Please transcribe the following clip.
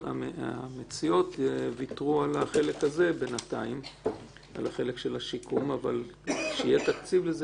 המציעות ויתרו על החלק של השיקום בינתיים אבל רצינו שיהיה לזה תקציב.